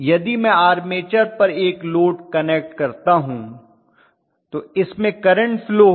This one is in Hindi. यदि मैं आर्मेचर पर एक लोड कनेक्ट करता हूं तो इसमें करंट फ्लो होगा